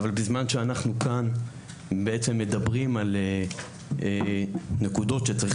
אבל בזמן שאנחנו כאן בעצם מדברים על נקודות שצריך